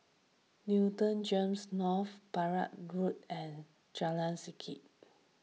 Newton Gems North Barker Road and Jalan Setia